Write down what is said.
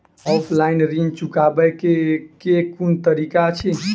Offline ऋण चुकाबै केँ केँ कुन तरीका अछि?